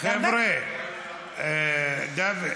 חבר'ה, דוד,